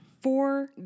Four